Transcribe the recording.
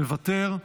מוותר,